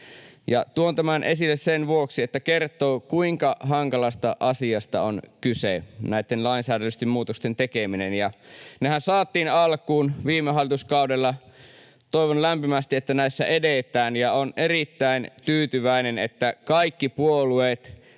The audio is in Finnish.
Tuon tämän esille sen vuoksi, että se kertoo, kuinka hankalasta asiasta on kyse näitten lainsäädännöllisten muutosten tekemisessä. Nehän saatiin alkuun viime hallituskaudella, ja toivon lämpimästi, että näissä edetään. Olen erittäin tyytyväinen, että kaikki puolueet